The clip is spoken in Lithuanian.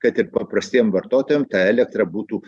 kad ir paprastiem vartotojam ta elektra būtų